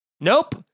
Nope